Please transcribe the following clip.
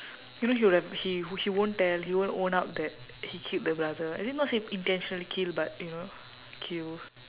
you know he w~ he he won't tell he won't own up that he killed the brother as in not say intentionally kill but you know kill